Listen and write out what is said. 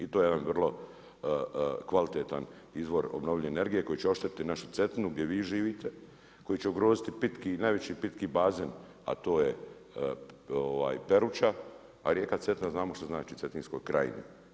I to je jedan vrlo kvalitetan izvor obnovile energije koji će oštetiti našu Cetinu, gdje vi živite, koji će ugroziti najveći pitki bazen, a to je Peruća, a rijeka Cetina, znamo što znamo Cetinskoj krajnji.